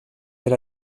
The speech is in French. elle